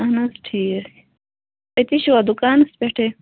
اَہَن حظ ٹھیٖک أتی چھُوا دُکانَس پٮ۪ٹھٕے